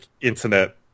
internet